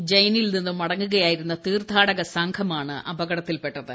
ഉജ്ജയ്നിൽ നിന്ന് മടങ്ങുകയായിരുന്ന തീർത്ഥാടക സംഘമാണ് അപകടത്തിൽപ്പെട്ടത്